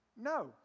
No